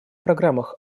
программах